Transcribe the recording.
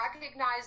recognize